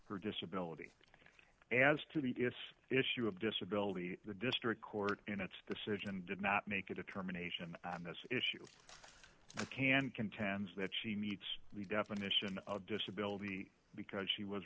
her disability as to the gifts issue of disability the district court in its decision did not make a determination on this issue can contends that she meets the definition of disability because she was